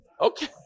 Okay